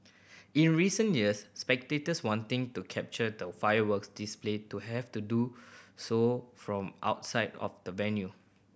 in recent years spectators wanting to capture the fireworks display to have to do so from outside of the venue